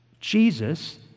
Jesus